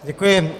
Děkuji.